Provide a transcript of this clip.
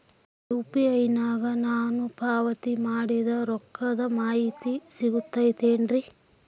UPI ನಾಗ ನಾನು ಪಾವತಿ ಮಾಡಿದ ರೊಕ್ಕದ ಮಾಹಿತಿ ಸಿಗುತೈತೇನ್ರಿ?